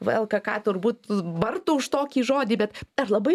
vl ka ką turbūt bartų už tokį žodį bet ar labai